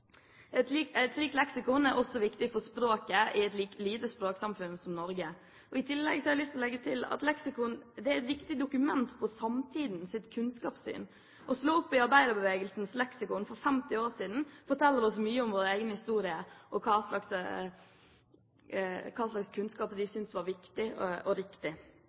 Et slikt leksikon er også viktig for språket i et lite språksamfunn som Norge. I tillegg har jeg lyst til å legge til at leksikon er et viktig dokument om samtidens kunnskapssyn. Å slå opp i arbeiderbevegelsens leksikon for 50 år siden forteller oss mye om vår egen historie, og hva slags kunnskap de syntes var viktig og riktig.